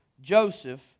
Joseph